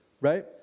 right